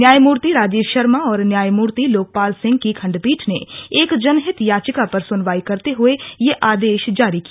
न्यायमूर्ति राजीव शर्मा और न्यायमूर्ति लोकपाल सिंह की खंडपीठ ने एक जनहित याचिका पर सुनवाई करते हुए यह आदेश जारी किया